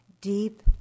deep